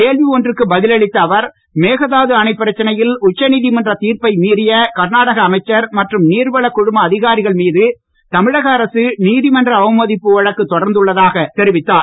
கேள்வி ஒன்றுக்கு பதில் அளித்த அவர் மேகதாது அணைப் பிரச்சனையில் உச்ச நீதிமன்றத் தீர்ப்பை மீறிய கர்நாடக அமைச்சர் மற்றும் நீர்வளக் குழும அதிகாரிகள் மீது தமிழக அரசு நீதிமன்ற அவமதிப்பு வழக்கு தொடர்ந்துள்ளதாக அவர் தெரிவித்தார்